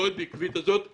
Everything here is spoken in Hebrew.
המאוד עקבית הזאת.